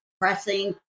pressing